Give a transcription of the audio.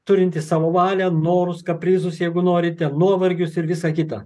turinti savo valią norus kaprizus jeigu norite nuovargius ir visa kita